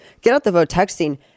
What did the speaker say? Get-out-the-vote-texting